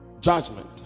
judgment